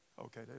Okay